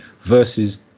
versus